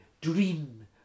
dream